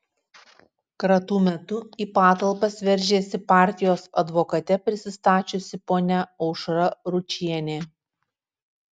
kratų metu į patalpas veržėsi partijos advokate prisistačiusi ponia aušra ručienė